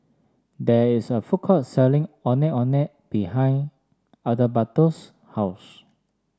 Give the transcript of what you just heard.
there is a food court selling Ondeh Ondeh behind Adalberto's house